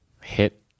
hit